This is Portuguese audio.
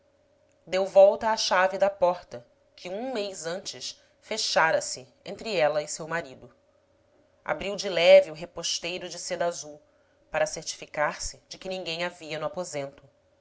deu volta à chave da porta que um mês antes fechara se entre ela e seu marido abriu de leve o reposteiro de seda azul para certificar-se de que ninguém havia no aposento